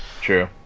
True